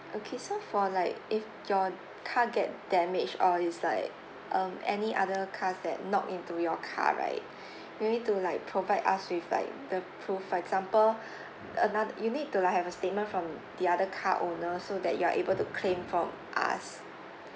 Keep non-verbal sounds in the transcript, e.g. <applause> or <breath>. okay so for like if your car get damage or is like um any other cars that knock into your car right <breath> you will to like provide us with like the proof for example <breath> anot~ you need to like have a statement from the other car owner so that you are able to claim from us